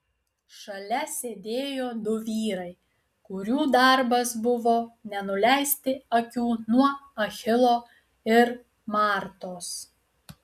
šalia sėdėjo du vyrai kurių darbas buvo nenuleisti akių nuo achilo ir martos